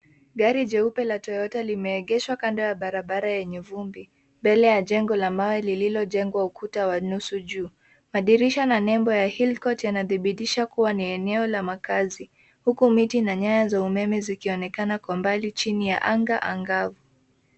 Gari jeupe la Toyota limeegeshwa kando ya barabara yenye vumbi mbele ya jengo la mawe lililo jengwa ukuta wa nusu juu. Madirisha na nembo ya Hillcourt yanadhibitisha kuwa ni eneo la makazi huku miti na nyaya za umeme zikionekana kwa umbali chini ya anga angavu.